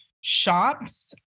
shops